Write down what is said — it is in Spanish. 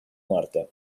muerte